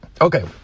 Okay